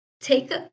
take